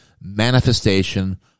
manifestation